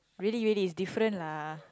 really really is different lah